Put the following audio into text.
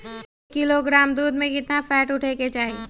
एक किलोग्राम दूध में केतना फैट उठे के चाही?